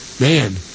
man